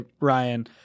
ryan